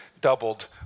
doubled